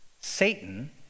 Satan